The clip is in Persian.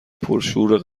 پرشور